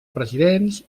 presidents